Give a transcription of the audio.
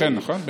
נכון, נכון.